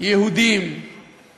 "יהודים";